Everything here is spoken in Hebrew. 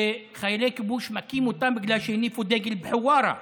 שחיילי הכיבוש מכים אותם בגלל שהניפו דגל בחווארה,